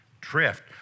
Drift